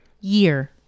Year